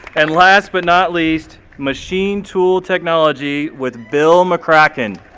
and last but not least, machine tool technology with bill mccracken.